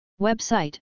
Website